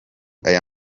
aya